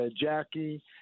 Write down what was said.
Jackie